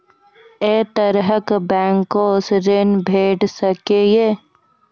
ऐ तरहक बैंकोसऽ ॠण भेट सकै ये?